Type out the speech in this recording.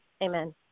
Amen